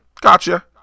gotcha